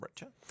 richer